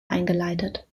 eingeleitet